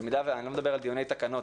במידה ואני לא מדבר על דיוני תקנות,